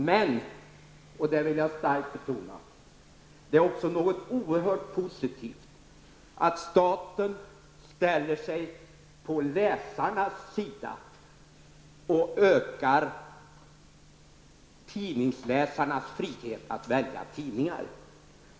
Men det är också oerhört positivt -- detta vill jag starkt betona -- att staten ställer sig på läsarnas sida och ökar tidningsläsarnas frihet att välja tidning.